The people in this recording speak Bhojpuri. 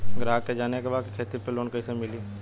ग्राहक के जाने के बा की खेती पे लोन कैसे मीली?